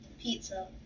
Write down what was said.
Pizza